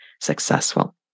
successful